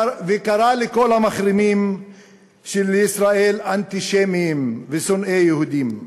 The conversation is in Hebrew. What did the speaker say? וקרא לכל המחרימים של ישראל אנטישמים ושונאי יהודים.